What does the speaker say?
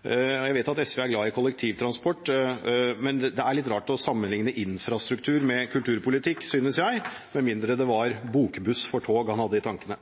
Jeg vet at SV er glad i kollektivtransport, men det er litt rart å sammenlikne infrastruktur med kulturpolitikk, synes jeg, med mindre det var bokbuss for tog han hadde i tankene.